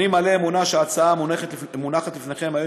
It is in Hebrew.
אני מלא אמונה שההצעה המונחת לפניכם היום